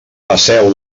passeu